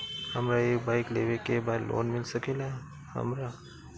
हमरा एक बाइक लेवे के बा लोन मिल सकेला हमरा?